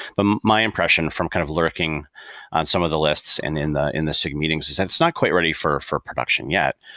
my impression from kind of lurking on some of the lists and in the in the sig meetings is that it's not quite ready for for production yet.